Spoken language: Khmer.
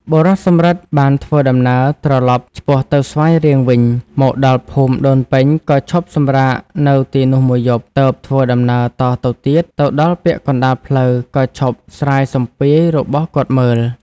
បុរសសំរិទ្ធ បានធ្វើដំណើរត្រឡប់ឆ្ពោះទៅស្វាយរៀងវិញ មកដល់ភូមិដូនពេញក៏ឈប់សម្រាកនៅទីនោះ ១ យប់ ទើបធ្វើដំណើរតទៅទៀត ទៅដល់ពាក់កណ្តាលផ្លូវក៏ឈប់ស្រាយសំពាយរបស់គាត់មើល ។